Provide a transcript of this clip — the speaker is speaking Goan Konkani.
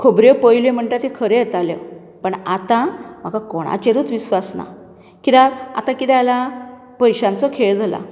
खबऱ्यो पयल्यो म्हणटा त्यो खऱ्यो येताल्यो पण आतां म्हाका कोणाचेरूच विस्वास ना कित्याक आतां कितें जाला पयश्यांचो खेळ जाला